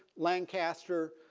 lancaster,